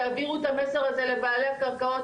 תעבירו את המסר הזה לבעלי הקרקעות,